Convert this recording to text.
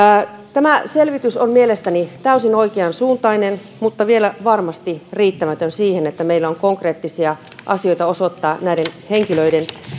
tämä selvitys on mielestäni täysin oikeansuuntainen mutta vielä varmasti riittämätön siihen että meillä on konkreettisia asioita osoittaa näiden henkilöiden